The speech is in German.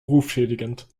rufschädigend